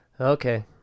Okay